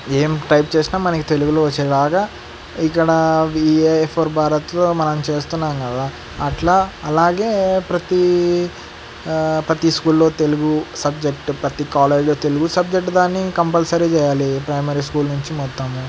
ఏమి టైప్ చేసినా మనకి తెలుగులో వచ్చేలాగా ఇక్కడ ఈ ఏఐ ఫర్ భారత్లో మనం చేస్తున్నాము కదా అలా అలాగే ప్రతీ ప్రతి స్కూల్లో తెలుగు సబ్జెక్టు ప్రతి కాలేజ్లో తెలుగు సబ్జెక్టు దాన్ని కంపల్సరీ చెయ్యాలి ప్రైమరీ స్కూల్ నుంచి మొత్తము